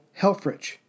Helfrich